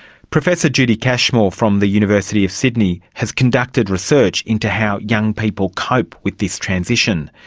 professor judy cashmore from the university of sydney has conducted research into how young people cope with this transition.